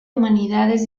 humanidades